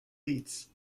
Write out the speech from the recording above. beats